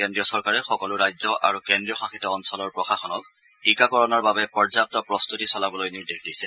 কেন্দ্ৰীয় চৰকাৰে সকলো ৰাজ্য আৰু কেন্দ্ৰীয় শাসিত অঞ্চলৰ প্ৰশাসনক টীকাকৰণৰ বাবে পৰ্যাপু প্ৰম্ভতি চলাবলৈ নিৰ্দেশ দিছে